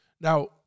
Now